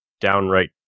downright